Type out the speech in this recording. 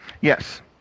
Yes